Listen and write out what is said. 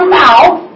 mouth